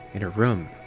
in her room.